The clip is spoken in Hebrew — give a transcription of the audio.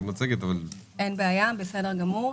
אין בעיה, בסדר גמור.